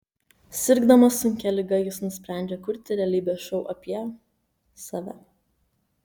sirgdamas sunkia liga jis nusprendžia kurti realybės šou apie save